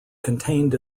contained